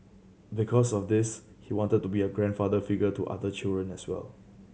because of this he wanted to be a grandfather figure to other children as well